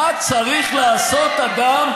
מה צריך לעשות אדם,